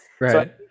right